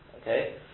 Okay